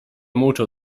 motor